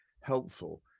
helpful